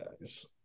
guys